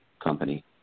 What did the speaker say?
company